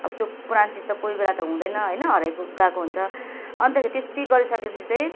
अब त्यो पुरानो चिज त कोही बेला त हुँदैन हराइगएको हुन्छ अन्तखेरि त्यति गरी सकेपछि चाहिँ